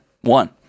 One